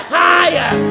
higher